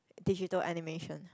digital animation